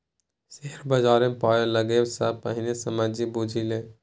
share बजारमे पाय लगेबा सँ पहिने समझि बुझि ले